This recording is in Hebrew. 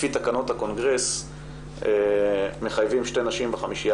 לפי תקנות הקונגרס מחייבים שתי נשים בחמישייה